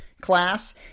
class